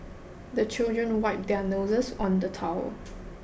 the children wipe their noses on the towel